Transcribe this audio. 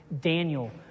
Daniel